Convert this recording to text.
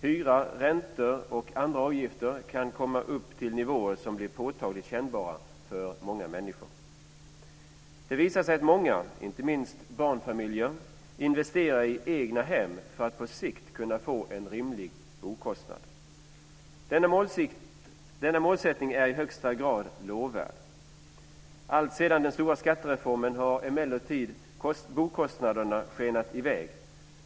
Hyra, räntor och andra avgifter kan komma upp till nivåer som blir påtagligt kännbara för många människor. Det visar sig att många, inte minst barnfamiljer, investerar i egna hem för att på sikt kunna få en rimlig bokostnad. Denna målsättning är i högsta grad lovvärd. Alltsedan den stora skattereformen har emellertid bokostnaderna skenat i väg.